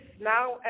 now